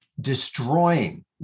destroying